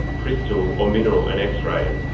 crystal or mineral an x-ray.